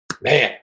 man